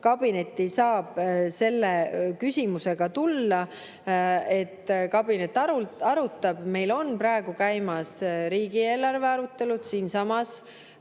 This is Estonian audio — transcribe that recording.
kabinetti saab selle küsimusega tulla, kabinet arutab. Meil on praegu käimas riigieelarve arutelud siinsamas